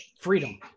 freedom